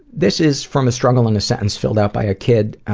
this is from a struggle in a sentence filled out by a kid.